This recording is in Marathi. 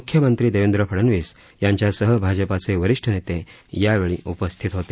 मुख्यमंत्री देवेंद्र फडनवीस यांच्यासह भाजपाचे वरिष्ठ नेते यावेळी उपस्थित होते